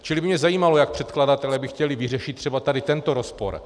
Čili by mě zajímalo, jak by předkladatelé chtěli vyřešit třeba tento rozpor.